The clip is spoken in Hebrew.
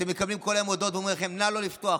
אתם מקבלים כל היום הודעות ואומרים לכם: נא לא לפתוח,